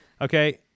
okay